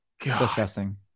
disgusting